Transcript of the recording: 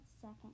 second